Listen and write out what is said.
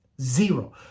zero